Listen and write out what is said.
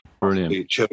brilliant